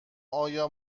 آیا